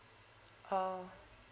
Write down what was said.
oh